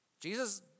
Jesus